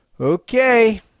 Okay